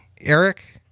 Eric